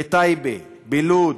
בטייבה, בלוד,